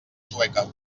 sueca